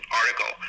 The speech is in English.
article